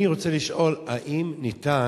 אני רוצה לשאול: האם ניתן